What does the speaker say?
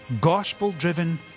gospel-driven